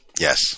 Yes